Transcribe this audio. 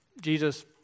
Jesus